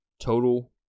Total